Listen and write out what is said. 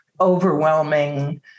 overwhelming